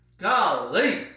Golly